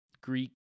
Greek